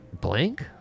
Blank